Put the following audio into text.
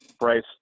Bryce